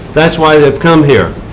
that is why they have come here.